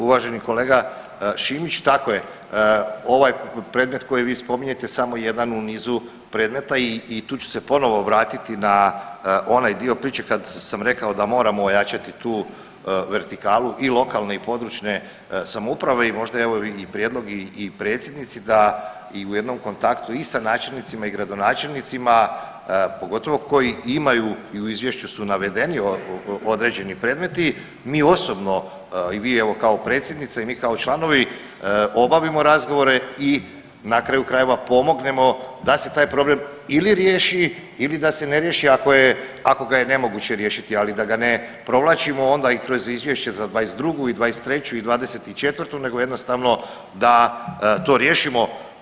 Uvaženi kolega Šimić, tako je ovaj predmet koji vi spominjete samo je jedan u nizu predmeta i tu ću se ponovo vratiti na onaj dio priče kad sam rekao da moramo ojačati tu vertikalu i lokalne i područje samouprave i možda evo i prijedlog i predsjednici da u jednom kontaktu i sa načelnicima i gradonačelnicima, pogotovo koji imaju i u izvješću su navedeni određeni predmeti, mi osobno i vi kao predsjednica i mi kao članovi obavimo razgovore i na kraju krajeva pomognemo da se taj problem ili riješi ili da se ne riješi ako ga je nemoguće riješiti, ali da ga ne provlačimo onda i kroz izvješće za '22. i '23. i '24. nego jednostavno da to riješimo.